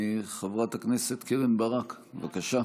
חברת הכנסת קרן ברק, בבקשה.